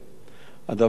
הדבר השמיני,